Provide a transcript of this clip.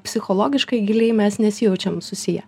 psichologiškai giliai mes nesijaučiam susiję